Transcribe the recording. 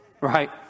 Right